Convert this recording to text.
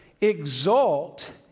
exalt